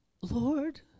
Lord